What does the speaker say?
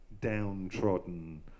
downtrodden